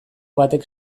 batek